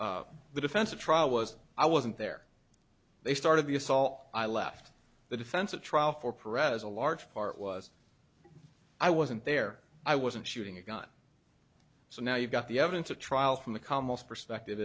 the defense a trial was i wasn't there they started the assault i left the defense at trial for prez a large part was i wasn't there i wasn't shooting a gun so now you've got the evidence of trial from the calmest perspective